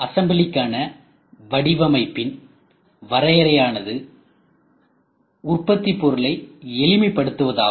அசம்பிளிக்கான வடிவமைப்பின் வரையறை ஆனது உற்பத்திப் பொருளை எளிமைப்படுத்துவது ஆகும்